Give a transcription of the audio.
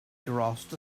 grasped